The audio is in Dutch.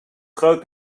groot